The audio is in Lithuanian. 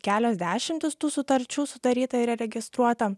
kelios dešimtys tų sutarčių sudaryta ir registruota